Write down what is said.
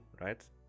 Right